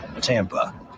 Tampa